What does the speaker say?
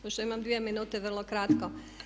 Pošto imam dvije minute, vrlo kratko.